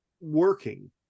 working